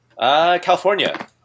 California